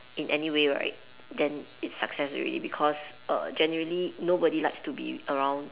in anyway right then it's success already because err generally nobody likes to be around